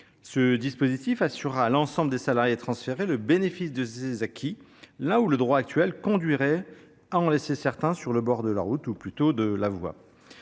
Le dispositif proposé assurera à l’ensemble des salariés transférés le bénéfice de ces acquis, quand le droit actuel conduirait à en laisser certains sur le bord de la route, ou plutôt de la voie,